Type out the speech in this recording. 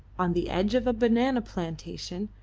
on the edge of a banana plantation,